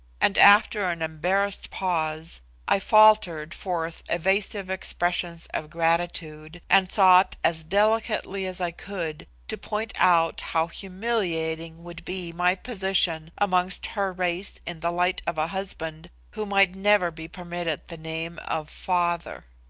and after an embarrassed pause i faltered forth evasive expressions of gratitude, and sought, as delicately as i could, to point out how humiliating would be my position amongst her race in the light of a husband who might never be permitted the name of father.